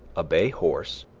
a bay horse,